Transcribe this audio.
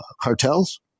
cartels